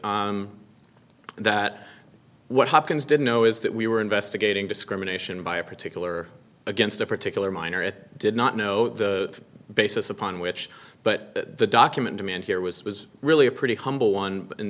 that what hopkins didn't know is that we were investigating discrimination by a particular against a particular mine or it did not know the basis upon which but that the document demand here was was really a pretty humble one in